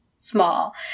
small